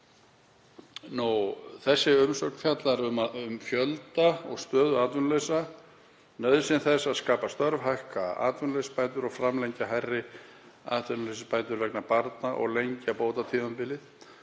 Þessi umsögn fjallar um fjölda og stöðu atvinnulausra, nauðsyn þess að skapa störf, hækka atvinnuleysisbætur, framlengja hærri atvinnuleysisbætur vegna barna og lengja bótatímabilið.